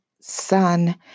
sun